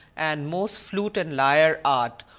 and most flute and lire art,